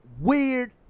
weird